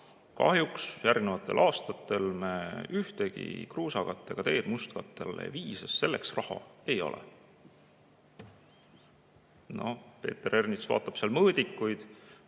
kahjuks järgnevatel aastatel me ühtegi kruusakattega teed mustkatte alla ei vii, sest selleks raha ei ole. Peeter Ernits vaatab seal mõõdikuid.